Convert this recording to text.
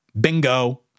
bingo